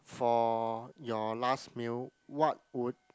for your last meal what would